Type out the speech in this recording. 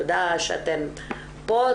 תודה שאתם פה,